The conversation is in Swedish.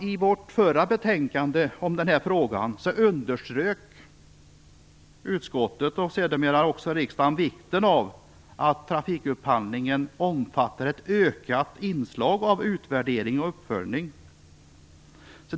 I vårt förra betänkande i samma fråga underströk utskottet och sedermera också riksdagen vikten av att trafikupphandlingen omfattar ett ökat inslag av utvärdering och uppföljning.